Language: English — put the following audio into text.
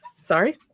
Sorry